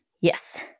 Yes